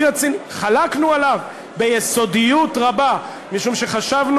אקוניס, אצלך זה הצליח יותר מדי.